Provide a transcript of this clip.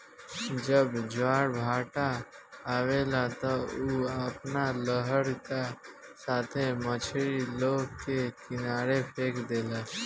जब ज्वारभाटा आवेला त उ अपना लहर का साथे मछरी लोग के किनारे फेक देला